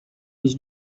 was